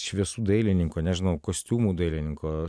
šviesų dailininko nežinau kostiumų dailininko